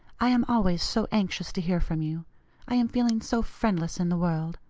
i am always so anxious to hear from you i am feeling so friendless in the world.